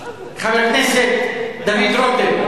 חבר הכנסת דוד רותם.